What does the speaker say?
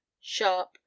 sharp